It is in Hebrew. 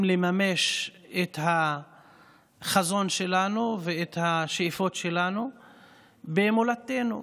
לממש את החזון שלנו ואת השאיפות שלנו במולדתנו.